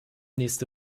nächste